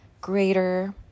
greater